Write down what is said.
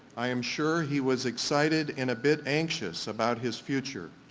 i am sure he was excited and a bit anxious about his future.